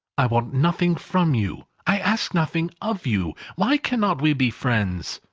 i want nothing from you i ask nothing of you why cannot we be friends?